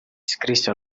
iscrisse